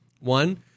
one